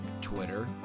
Twitter